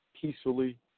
peacefully